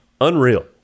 Unreal